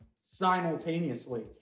simultaneously